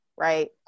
right